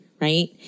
right